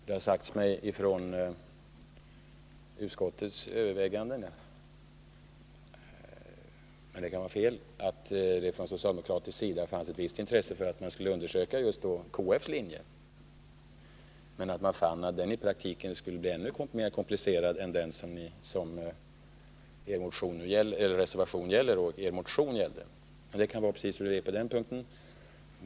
Det har sagts mig när det gäller utskottets överväganden — det kan vara fel — att det på socialdemokratisk sida fanns ett visst intresse för att man skulle undersöka just KF:s linje men att man fann att den i praktiken skulle bli ännu mera komplicerad än ett system enligt er motion och er reservation. Det kan vara hur det vill på den punkten.